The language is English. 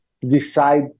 decide